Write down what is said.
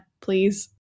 please